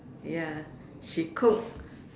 ya she cook